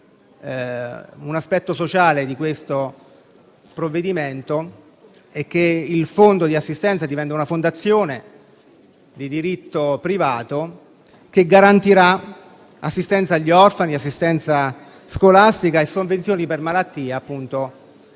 un aspetto sociale di questo provvedimento è che il Fondo di assistenza diventa una fondazione di diritto privato, che garantirà assistenza scolastica agli orfani e sovvenzioni per malattia ai